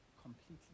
completely